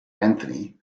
anthony